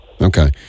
Okay